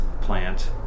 plant